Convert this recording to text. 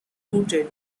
rooted